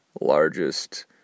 largest